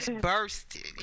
bursted